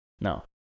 No